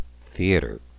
theater